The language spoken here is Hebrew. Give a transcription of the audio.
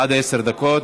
עד עשר דקות.